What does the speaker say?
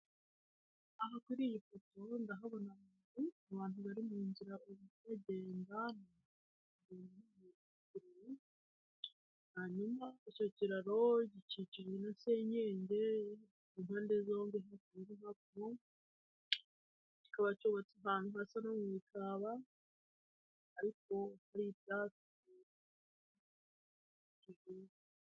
Aha kuri iyi foto ndahabona abantu bari mu nzira bagenda hanyuma icyo kiraroho gikikije na senyenge ku mpande zombi kikaba cyubatse ahantu hasa no mu itaba ariko hari ibyatsi.